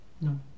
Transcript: no